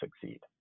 succeed